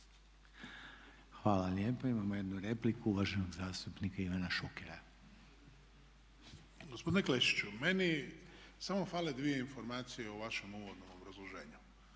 Hvala lijepa. Imamo jednu repliku, uvaženog zastupnika Ivana Šukera. **Šuker, Ivan (HDZ)** Gospodine Klešiću, meni samo fale dvije informacije o vašem uvodnom obrazloženju